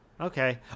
Okay